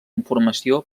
informació